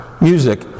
music